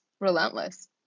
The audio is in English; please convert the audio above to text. relentless